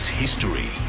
history